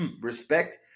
respect